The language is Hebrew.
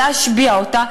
להשביע אותה,